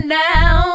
now